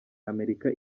amerika